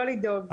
לא לדאוג.